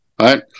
right